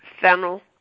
fennel